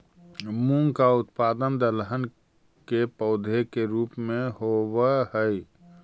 मूंग का उत्पादन दलहन के पौधे के रूप में होव हई